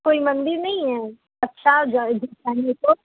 कोई मंदिर नहीं है अच्छा जाे दिखाएंगे तो